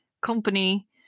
company